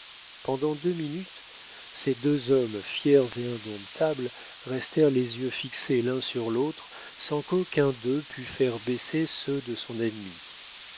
pendant deux minutes ces deux hommes fiers et indomptables restèrent les yeux fixés l'un sur l'autre sans qu'aucun d'eux pût faire baisser ceux de son ennemi